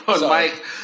Mike